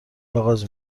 آغاز